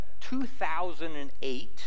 2008